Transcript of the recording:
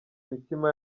imitima